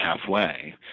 halfway